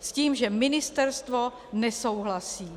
S tím, že ministerstvo nesouhlasí.